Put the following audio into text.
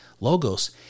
Logos